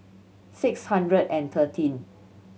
six hundred and thirteen